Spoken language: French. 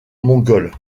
mongols